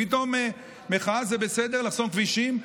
פתאום מחאה זה בסדר, לחסום כבישים,